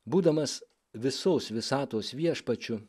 būdamas visos visatos viešpačiu